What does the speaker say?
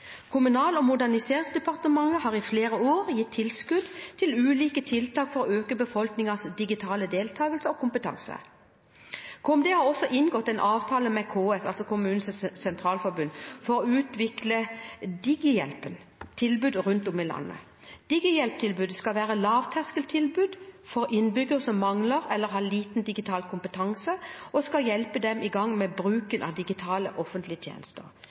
Kommunal- og moderniseringsdepartementet har i flere år gitt tilskudd til ulike tiltak for å øke befolkningens digitale deltakelse og kompetanse. Kommunal- og moderniseringsdepartementet har også inngått en avtale med KS for å utvikle Digihjelpen, et tilbud rundt om i landet. Digihjelp-tilbudet skal være et lavterskeltilbud for innbyggere som mangler eller har liten digital kompetanse, og skal hjelpe dem i gang med å bruke digitale offentlige tjenester.